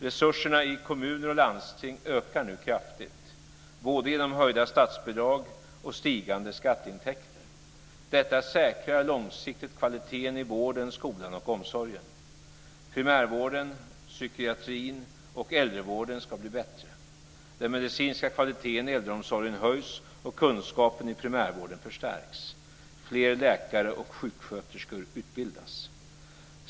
Resurserna i kommuner och landsting ökar nu kraftigt genom både höjda statsbidrag och stigande skatteintäkter. Detta säkrar långsiktigt kvaliteten i vården, skolan och omsorgen. Primärvården, psykiatrin och äldrevården ska bli bättre. Den medicinska kvaliteten i äldreomsorgen höjs och kunskapen i primärvården förstärks. Fler läkare och sjuksköterskor utbildas.